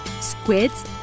squids